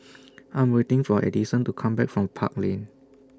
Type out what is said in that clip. I Am waiting For Edison to Come Back from Park Lane